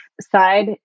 side